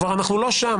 כבר אנחנו לא שם.